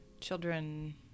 Children